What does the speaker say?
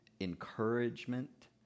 encouragement